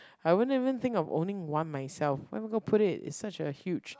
I won't even think of owning one myself where am I gonna put it it's such a huge